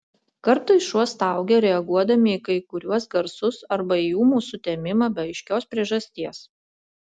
kartais šuo staugia reaguodami į kai kuriuos garsus arba į ūmų sutemimą be aiškios priežasties